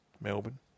Melbourne